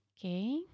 Okay